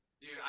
dude